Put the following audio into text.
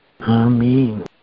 Amen